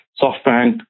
Softbank